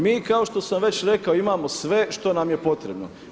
Mi kao što sam već rekao imamo sve što nam je potrebno.